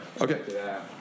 Okay